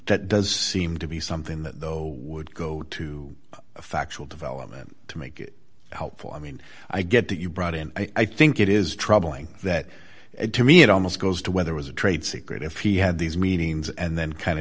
that does seem to be something that though would go to a factual development to make it helpful i mean i get to you brought in i think it is troubling that it to me it almost goes to whether was a trade secret if he had these meetings and then kind